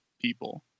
people